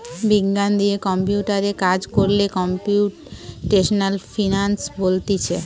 বিজ্ঞান দিয়ে কম্পিউটারে কাজ কোরলে কম্পিউটেশনাল ফিনান্স বলতিছে